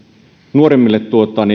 nuoremmille